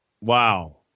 wow